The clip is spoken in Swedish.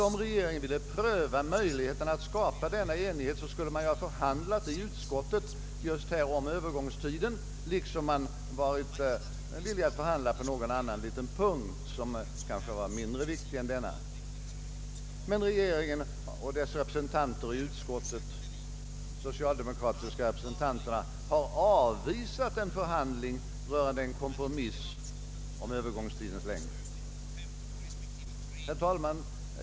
Om regeringen ville pröva möjligheten att skapa denna enighet borde man ha förhandlat i utskottet just om övergångstiden, liksom man varit villig att förhandla på någon annan punkt — kanske mindre viktig än denna. Men regeringen och dess representanter i utskottet — d. v. s. de socialdemokratiska representanterna — har avvisat förslaget om en förhandling rörande en kompromiss om Öövergångstidens längd. Herr talman!